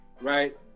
right